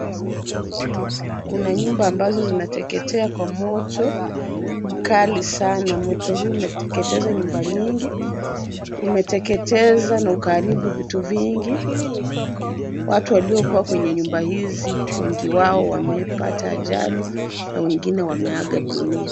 Kuna nyumba ambazo zinateketea kwa moto mkali sana. Moto huu umeteketeza nyumba nyingi. Umeteketeza na ukaharibu vitu vingi. Watu walio kuwa kwenye nyumba hizi wengi wao wamepata ajali na wengine wameaga dunia.